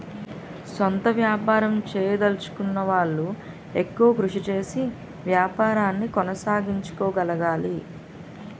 సొంత వ్యాపారం చేయదలచుకున్న వాళ్లు ఎక్కువ కృషి చేసి వ్యాపారాన్ని కొనసాగించగలగాలి